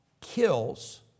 kills